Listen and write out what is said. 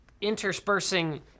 interspersing